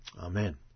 amen